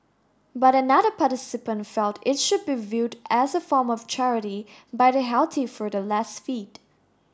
but another participant felt it should be viewed as a form of charity by the healthy for the less fit